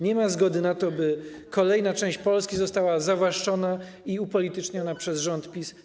Nie ma zgody na to, by kolejna część Polski została zawłaszczona i upolityczniona przez rząd PiS.